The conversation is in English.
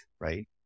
Right